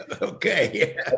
Okay